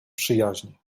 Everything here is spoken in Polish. przyjaźnie